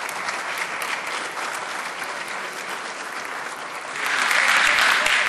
(מחיאות כפיים)